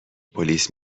پلیس